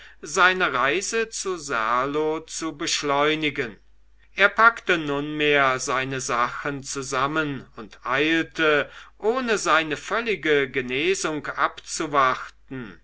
seine reise zu serlo zu beschleunigen er packte nunmehr seine sachen zusammen und eilte ohne seine völlige genesung abzuwarten